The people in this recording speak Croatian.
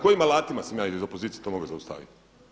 Kojim alatima sam ja iz opozicije to mogao zaustaviti?